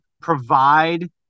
provide